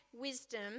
wisdom